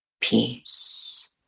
peace